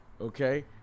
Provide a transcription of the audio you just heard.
okay